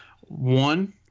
one